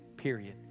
period